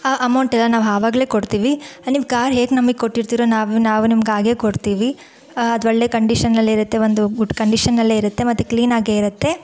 ಆ ಅಮೌಂಟನ್ನ ನಾವು ಆವಾಗ್ಲೇ ಕೊಡ್ತೀವಿ ನಿಮ್ಮ ಕಾರ್ ಹೇಗೆ ನಮಗ್ ಕೊಟ್ಟಿರ್ತೀರೋ ನಾವು ನಾವು ನಿಮ್ಗೆ ಹಾಗೇ ಕೊಡ್ತೀವಿ ಅದು ಒಳ್ಳೆ ಕಂಡೀಷನಲ್ಲಿರತ್ತೆ ಒಂದು ಗುಡ್ ಕಂಡೀಷನ್ನಲ್ಲೇ ಇರತ್ತೆ ಮತ್ತು ಕ್ಲೀನಾಗೇ ಇರತ್ತೆ